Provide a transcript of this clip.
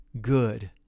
good